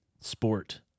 Sport